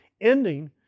ending